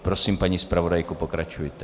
Prosím, paní zpravodajko, pokračujte.